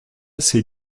ses